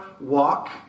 walk